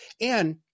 And-